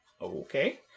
Okay